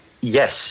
Yes